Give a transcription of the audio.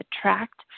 attract